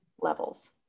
levels